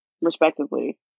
respectively